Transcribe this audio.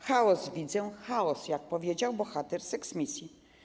Chaos widzę, chaos, jak powiedział bohater „Seksmisji”